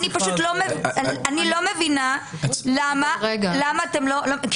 אני פשוט לא מבינה למה אתם לא --- חברים, סליחה.